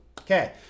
Okay